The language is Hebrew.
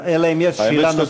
אלא אם כן יש שאלה נוספת.